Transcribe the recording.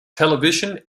television